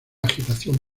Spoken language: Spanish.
agitación